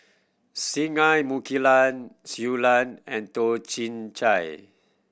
Singai Mukilan Shui Lan and Toh Chin Chye